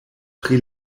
pri